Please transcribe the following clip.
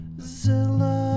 zilla